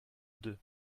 deux